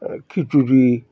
খিচুড়ি